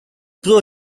pro